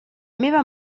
meva